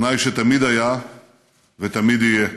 תנאי שתמיד היה ותמיד יהיה: